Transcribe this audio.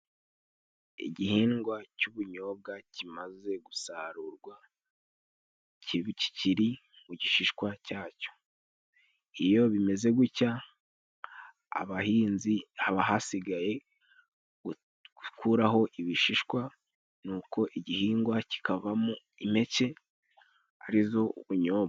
Igihingwa cy'ubunyobwa kimaze gusarurwa kiba kikiri mu gishishwa cyacyo. Iyo bimeze gutya, abahinzi haba hasigaye gukuraho ibishishwa nuko igihingwa kikavamo impeke ari zo ubunyobwa.